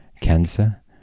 cancer